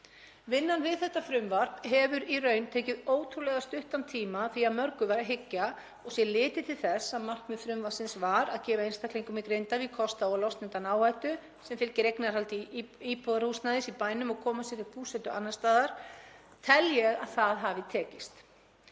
Vinnan við þetta frumvarp hefur í raun tekið ótrúlega stuttan tíma því að mörgu var að hyggja og sé litið til þess að markmið frumvarpsins var að gefa einstaklingum í Grindavík kost á að losna undan áhættu sem fylgir eignarhaldi íbúðarhúsnæðis í bænum og koma sér upp búsetu annars staðar, tel ég að það hafi tekist.